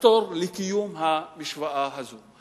לחתור לקיום המשוואה הזאת.